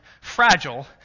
fragile